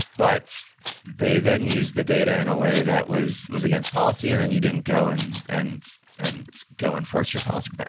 but they then used the data in a way that was was against policy and then you didn't go and and and go enforce your policy. but